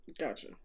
Gotcha